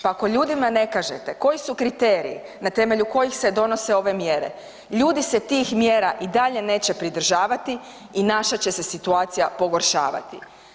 Pa ako ljudima ne kažete koji su kriteriji na temelju kojih se donose ove mjere, ljudi se tih mjera i dalje neće pridržavati i naša će se situacija pogoršavati.